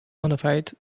modified